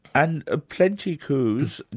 and ah plenty coups,